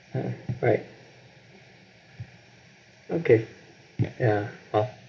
mm right okay ya uh